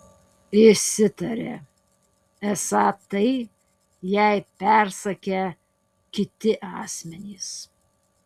išsitarė esą tai jai persakę kiti asmenys